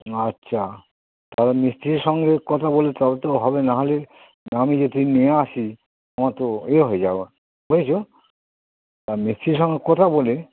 আচ্ছা তাহলে মিস্ত্রির সঙ্গে কথা বলে তবে তো হবে নাহলে আমি যদি নিয়ে আসি আমার তো এ হয়ে যাওয়া বুজেছো মিস্ত্রির সঙ্গে কথা বলি